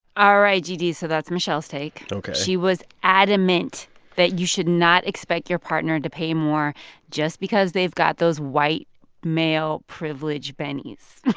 alright, gd, so that's michelle's take ok she was adamant that you should not expect your partner to pay more just because they've got those white male privilege bennies.